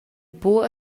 buc